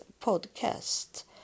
podcast